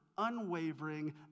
unwavering